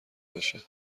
بشه